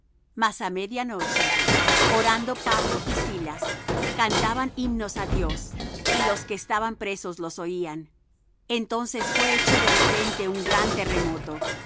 mas á media noche orando pablo y silas cantaban himnos á dios y los que estaban presos los oían entonces fué hecho de repente un gran terremoto